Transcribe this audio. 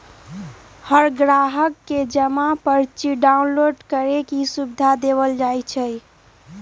हर ग्राहक के जमा पर्ची डाउनलोड करे के सुविधा देवल जा हई